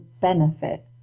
benefit